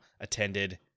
attended